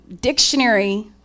dictionary